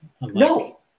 no